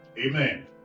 Amen